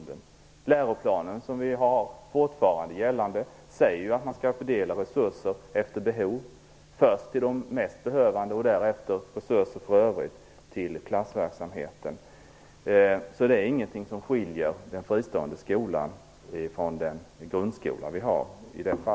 Den läroplan som fortfarande gäller innebär ju att resurserna skall fördelas efter behov; det är grunden. Först skall resurser delas ut till de mest behövande, och därefter skall resurser delas ut till klassverksamheten i övrigt. I det fallet är det inget som skiljer den fristående skolan från den grundskola som vi har.